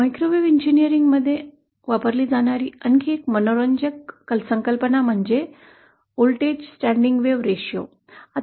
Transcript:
microwave अभियांत्रिकीमध्ये वारंवार वापरली जाणारी आणखी एक मनोरंजक संकल्पना म्हणजे व्होल्टेज स्टँडिंग वेव्ह रेश्यो